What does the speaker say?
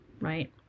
right